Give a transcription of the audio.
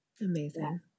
Amazing